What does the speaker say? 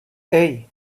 hey